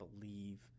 believe